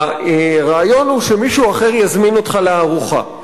הרעיון הוא שמישהו אחר יזמין אותך לארוחה.